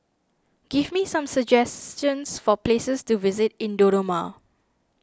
give me some suggestions for places to visit in Dodoma